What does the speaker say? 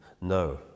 No